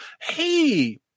hey